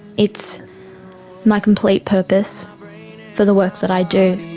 it's my complete purpose for the work that i do.